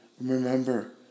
remember